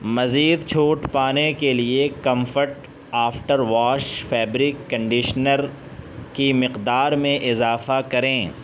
مزید چھوٹ پانے کے لیے Comfort after wash fabric conditioner کی مقدار میں اضافہ کریں